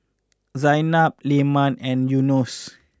Zaynab Leman and Yunos